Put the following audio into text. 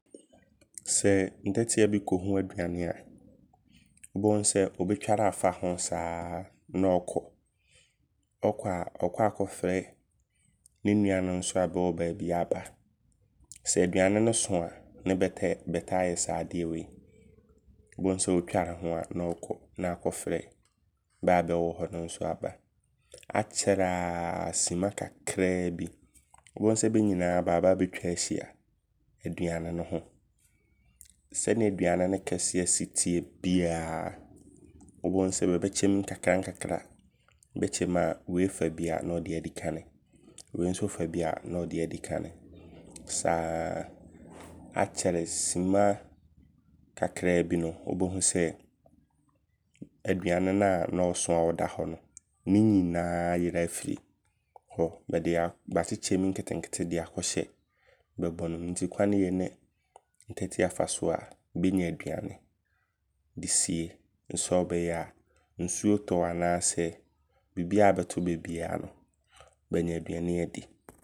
Sɛ ntɛteɛ bi kohu aduane a, wobohu sɛ obetware aafa ho saa na ɔkɔ. Ɔkɔ a ɔɔkɔ akɔfrɛ ne nuanom so a bɛwɔ beebi aba. Sɛ aduane no so a ne bɛtaa yɛ saa adeɛ wei. Bohu sɛ otware ho a na ɔkɔ na akɔfrɛ bɛɛ a bɛwɔ hɔ no so aba. Akyɛre a sema kakraa bi behu sɛ bɛyina bɛ aba abɛtwa ahyia aduane ne ho. Sɛneɛ aduane ne kɛseɛ si teɛ biaa, wobehu sɛ bɛ bɛkyɛ mu nkakrankakra. Bɛkyɛm a, wei fa bi a na ɔde adi kane. Wei so fa bi a na ɔde adi kane saa, Akyɛre sema kakraabi no wobohu sɛ aduane naa na ɔso a ɔda hɔ no, ne yinaa ayera ɛfiri hɔ. Bɛ akyekyɛm nketenkete de akɔhyɛ bɛbɔn mu. Nti kwan yei ne ntɛtea fa so a bɛnya aduane de sie nsɛ ɔbɛyɛ a nsuo tɔ anaa sɛ bibiaa bɛto bɛ biaa no bɛnya aduade adi.